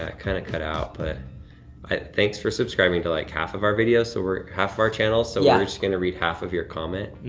ah kinda cut out but thanks for subscribing to like half of our videos, so we're half of our channel, so yeah we're just going to read half of your comment.